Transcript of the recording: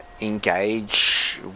engage